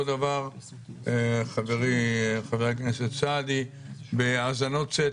אותו דבר שאל חברי חבר הכנסת סעדי על האזנות סתר,